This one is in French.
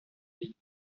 pays